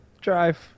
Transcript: drive